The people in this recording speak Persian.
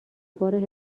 بار